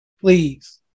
Please